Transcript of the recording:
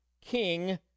king